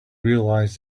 realise